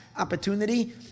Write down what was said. opportunity